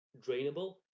drainable